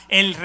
el